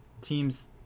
teams